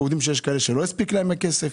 אנחנו יודעים שיש כאלה שלא הספיק להם הכסף.